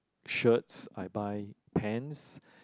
shirts I buy pants